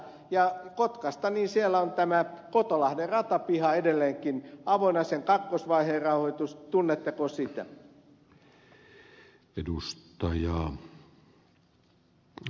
ja kotkassa on tämä kotolahden ratapiha edelleenkin avoinna sen kakkosvaiheen rahoitus tunnetteko sitä